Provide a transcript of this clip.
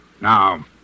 Now